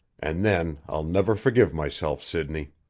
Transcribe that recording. and then i'll never forgive myself, sidney!